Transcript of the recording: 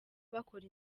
bakora